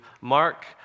Mark